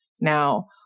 now